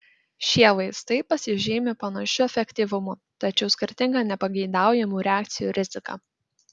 šie vaistai pasižymi panašiu efektyvumu tačiau skirtinga nepageidaujamų reakcijų rizika